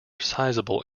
sizable